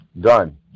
done